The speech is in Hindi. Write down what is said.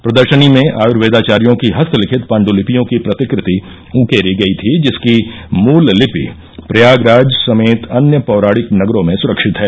प्रदर्शनी में आर्यवेदाचार्यो की हस्तलिखित पांडलिपियों की प्रतिकृति उकेरी गयी थी जिसकी मृल लिपि प्रयागराज समेत अन्य पौराणिक नगरों में सुरक्षित है